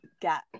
get